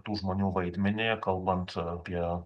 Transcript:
tų žmonių vaidmenį kalbant apie